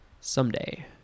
someday